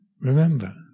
remember